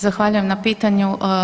Zahvaljujem na pitanju.